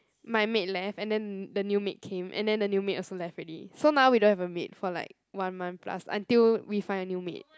my maid left and then the new maid came and then the new maid also left already so now we don't have a maid for like one month plus until we find a new maid